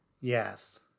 Yes